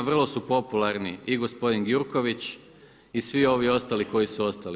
Vrlo su popularni i gospodin Gjurković i svi ovi ostali koji su ostali.